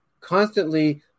constantly